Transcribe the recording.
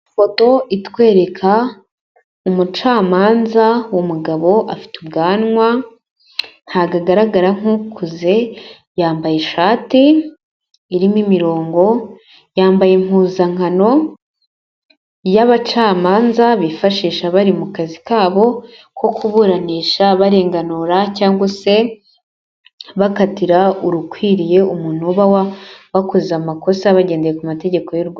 Ifoto itwereka umucamanza w'umugabo afite ubwanwa ntabwo agaragara nk'ukuze, yambaye ishati irimo imirongo, yambaye impuzankano y'abacamanza bifashisha bari mu kazi kabo ko kuburanisha barenganura cyangwa se bakatira urukwiriye umuntu uba wakoze amakosa bagendeye ku mategeko y'u Rwanda.